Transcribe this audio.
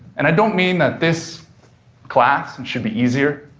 and i don't mean that this class and should be easier.